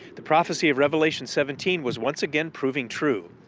the prophecy of revelation seventeen was once again proving true.